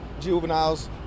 juveniles